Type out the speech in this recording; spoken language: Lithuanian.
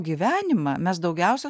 gyvenimą mes daugiausia